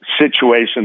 situation